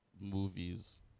movies